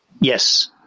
Yes